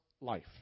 life